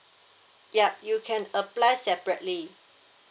yup you can apply separately